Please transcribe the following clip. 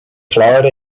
florida